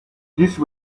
these